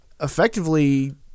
effectively